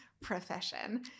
profession